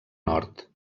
nord